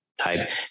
type